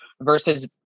versus